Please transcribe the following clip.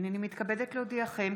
הינני מתכבדת להודיעכם,